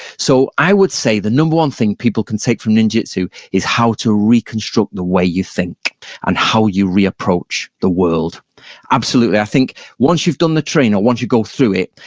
so i would say the number one thing people can take from ninjutsu is how to reconstruct the way you think and how you re-approach the world absolutely, i think once you've done the training, once you go through it,